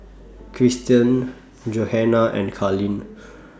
Christian Johana and Carleen